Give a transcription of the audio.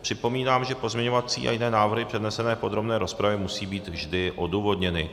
Připomínám, že pozměňovací a jiné návrhy přednesené v podrobné rozpravě musí být vždy odůvodněny.